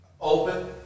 open